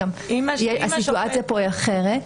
אז הסיטואציה פה היא אחרת.